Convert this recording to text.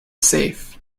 safe